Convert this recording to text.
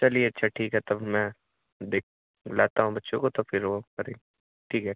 चलिए अच्छा ठीक है तब मैं दे लाता हूँ बच्चों को फिर ठीक है ठीक है